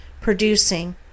producing